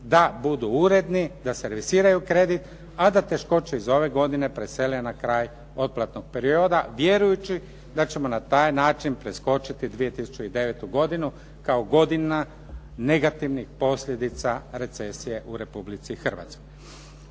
da budu uredni, da servisiraju kredit, a da teškoće iz ove godine presele na kraj otplatnog perioda vjerujući da ćemo na taj način preskočiti 2009. godinu kao godina negativnih posljedica recesije u Republici Hrvatskoj.